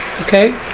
Okay